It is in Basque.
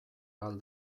ahal